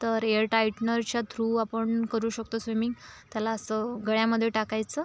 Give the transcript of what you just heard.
तर एअर टाईटनरच्या थ्रू आपण करू शकतो स्विमिंग त्याला असं गळ्यामध्ये टाकायचं